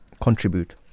contribute